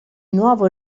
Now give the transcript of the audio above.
nuovo